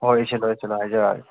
ꯍꯣꯏ ꯏꯁꯤꯜꯂꯨ ꯏꯁꯤꯜꯂꯨ ꯍꯥꯏꯖꯔꯛꯑꯒꯦ